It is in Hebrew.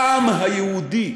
העם היהודי,